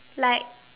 like